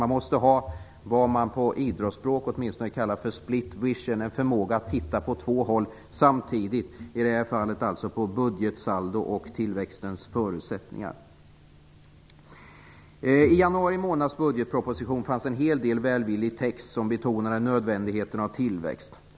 Man måste ha vad som på idrottsspråk kallas för split vision, förmåga att titta åt två håll samtidigt - i det här fallet på budgetsaldo och på tillväxtens förutsättningar. I budgetpropositionen i januari månad fanns det en hel del välvillig text som betonar nödvändigheten av tillväxt.